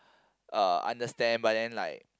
uh understand but then like